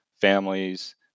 families